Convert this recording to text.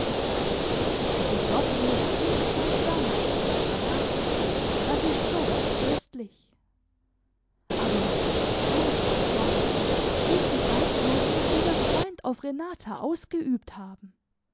also gertrud hat jedenfalls damals nichts verraten das ist so weit tröstlich aber großer gott welchen einfluß muß dieser freund auf renata ausgeübt haben